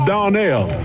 Donnell